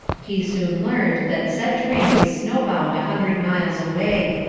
he soon learned that said train was snow-bound a hundred miles away.